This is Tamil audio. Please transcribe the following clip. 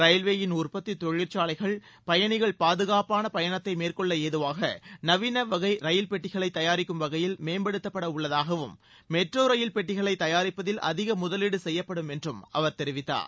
ரயில்வேயின் உற்பத்தி தொழிற்சாலைகள் பயணிகள் பாதுகாப்பான பயணத்தை மேற்கொள்ள ஏதுவாக நவீனவகை ரயில் பெட்டிகளை தயாரிக்கும் வகையில் மேம்படுத்தப்படவுள்ளதாகவும் மெட்ரோ ரயில் பெட்டிகளை தயாரிப்பதில் அதிக முதலீடு செய்யப்படும் என்றும் அவர் தெரிவித்தார்